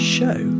Show